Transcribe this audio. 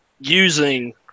Using